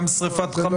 גם שריפת חמץ וכולי.